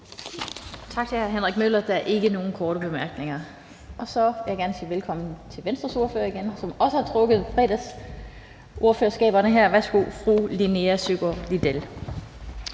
Tak til hr. Henrik Møller. Der er ikke nogen korte bemærkninger. Så vil jeg gerne sige velkommen til Venstres ordfører, som også har trukket et fredagsordførerskab. Værsgo til fru Linea Søgaard-Lidell.